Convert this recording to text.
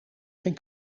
geen